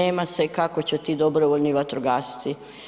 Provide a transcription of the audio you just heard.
nema se, kako će ti dobrovoljni vatrogasci.